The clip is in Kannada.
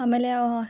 ಆಮೇಲೆ